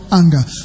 anger